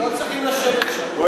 לא צריכים לשבת שם, שלא ישבו שם.